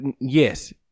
yes